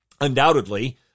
Undoubtedly